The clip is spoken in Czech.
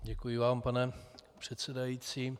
Děkuji vám, pane předsedající.